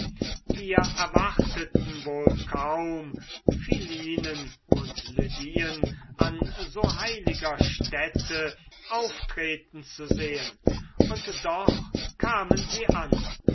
wir erwarteten wohl kaum philinen und lydien an so heiliger stätte auftreten zu sehen und doch kamen sie an